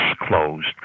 closed